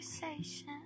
conversation